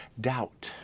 doubt